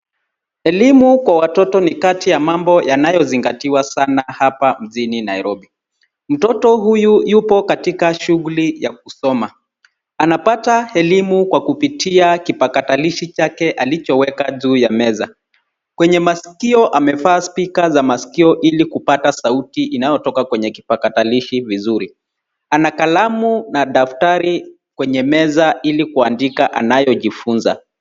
Elimu kwa watoto ni kati ya mambo yanayozingatiwa sana hapa mjini Nairobi, mtoto huyu yupo katika shughuli ya kusoma anapata elimu kwa kupitia kipakatalishi chake alichoweka juu ya meza, kwenye masikio amevaa spika za masikio ili kupata sauti inayotoka kwenye kipakatalishi vizur,i ana kalamu na daftari kwenye meza ili kuandika anayojifunza.